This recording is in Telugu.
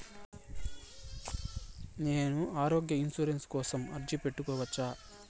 నేను ఆరోగ్య ఇన్సూరెన్సు కోసం అర్జీ పెట్టుకోవచ్చా?